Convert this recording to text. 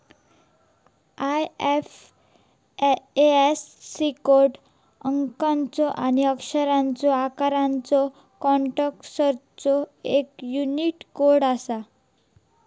IFSC code अंकाचो आणि अक्षरांचो अकरा कॅरेक्टर्सचो एक यूनिक कोड असता